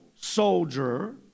soldier